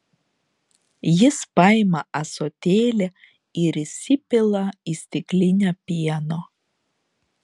jis paima ąsotėlį ir įsipila į stiklinę pieno